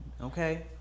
Okay